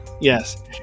Yes